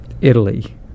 Italy